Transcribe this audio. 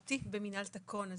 החוץ-ביתי במינהל תקון.